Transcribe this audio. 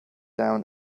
down